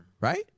Right